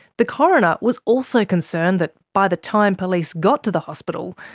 the coroner was also concerned that by the time police got to the hospital,